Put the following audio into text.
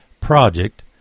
project